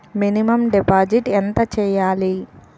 Minimum deposit ఎంత చెయ్యాలి?